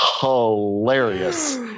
hilarious